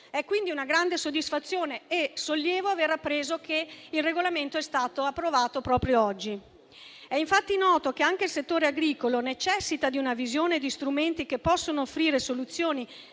È quindi una grande soddisfazione e un sollievo aver appreso che il regolamento è stato approvato proprio oggi. È infatti noto che anche il settore agricolo necessita di una visione e di strumenti che possono offrire soluzioni